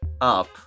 up